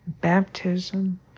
baptism